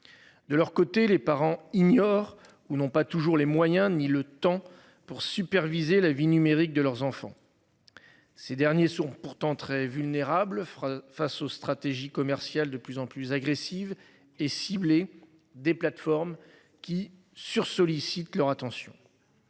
De leur côté les parents ignorent ou n'ont pas toujours les moyens ni le temps pour superviser la vie numérique de leurs enfants. Ces derniers sont pourtant très vulnérables. Face aux stratégies commerciales de plus en plus agressive et ciblée des plateformes qui sur sollicitent leur attention.